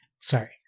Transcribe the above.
Sorry